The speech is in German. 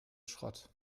schrott